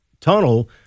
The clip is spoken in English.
tunnel